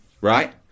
right